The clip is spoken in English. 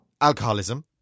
alcoholism